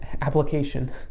application